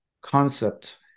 concept